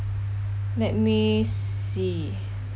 let me see